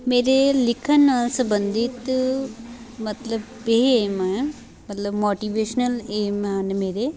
ਮੇਰੇ ਲਿਖਣ ਨਾਲ ਸਬੰਧਿਤ ਮਤਲਬ ਇਹ ਏਮ ਹੈ ਮਤਲਬ ਮੋਟੀਵੇਸ਼ਨਲ ਏਮ ਹਨ ਮੇਰੇ